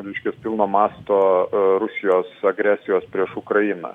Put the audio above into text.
reiškias pilno masto rusijos agresijos prieš ukrainą